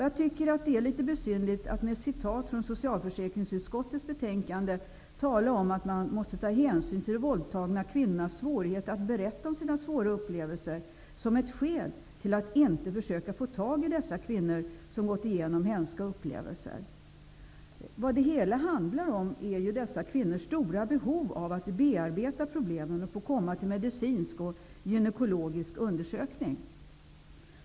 Jag tycker att det är litet besynnerligt att med citat från socialförsäkringsutskottets betänkande tala om att man måste ta de våldtagna kvinnornas svårigheter att berätta om sina svåra upplevelser som ett skäl till att inte försöka få tag i dessa kvinnor som gått igenom hemska upplevelser. Vad det hela handlar om är dessa kvinnors stora behov av att bearbeta problemen och få komma till medicinsk och gynekologisk undersökning.